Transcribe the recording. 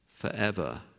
forever